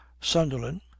sunderland